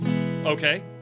Okay